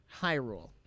Hyrule